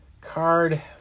card